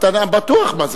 בטוח.